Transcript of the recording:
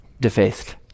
defaced